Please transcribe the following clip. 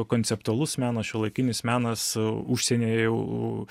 o konceptualus menas šiuolaikinis menas užsienyje jau